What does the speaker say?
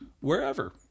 wherever